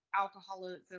alcoholism